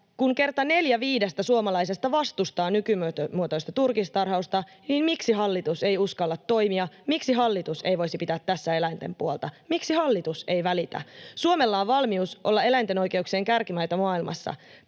viidestä suomalaisesta vastustaa nykymuotoista turkistarhausta, miksi hallitus ei uskalla toimia, miksi hallitus ei voisi pitää tässä eläinten puolta, miksi hallitus ei välitä? Suomella on valmius olla eläinten oikeuksien kärkimaita maailmassa.